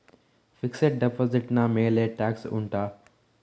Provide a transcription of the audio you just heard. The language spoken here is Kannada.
ಫಿಕ್ಸೆಡ್ ಡೆಪೋಸಿಟ್ ನ ಮೇಲೆ ಟ್ಯಾಕ್ಸ್ ಉಂಟಾ